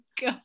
go